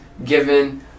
given